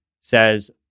says